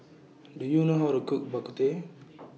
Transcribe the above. Do YOU know How to Cook Bak Kut Teh